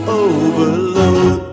overload